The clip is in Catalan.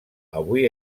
avui